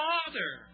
Father